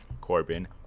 Corbin